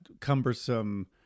cumbersome